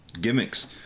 gimmicks